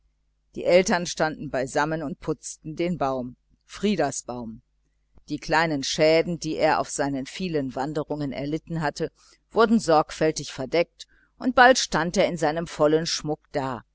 die eltern standen beisammen und putzten den baum frieders baum die kleinen schäden die er auf seinen vielen wanderungen erlitten hatte wurden sorgfältig verdeckt und bald stand er in seinem vollen schmuck da